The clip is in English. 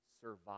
survive